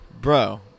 Bro